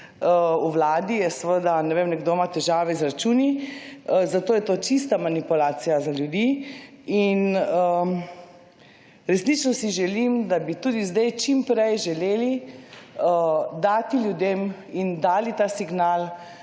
v Vladi je seveda ne vem nekdo ima težave z izračunu, zato je to tiča manipulacija za ljudi. Resnično si želim, da bi tudi sedaj čim prej želeli dati ljudem in dali ta signal